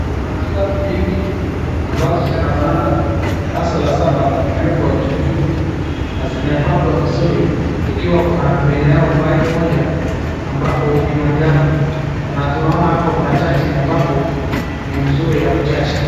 Kuna vitabu mingi ambazo zinafanana ,darasa la saba limewekwa juju na zimepangwa vizuri ikiwa kuna mbele yao file moja ambapo ni manjano. Kuna tunaona hapo kuna charging ambapo ni nzuri ya kucharge.